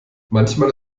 manchmal